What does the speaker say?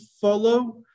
follow